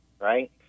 right